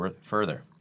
further